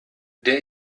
der